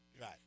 right